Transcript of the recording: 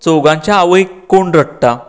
चवगांच्या आवयक कोण रडटा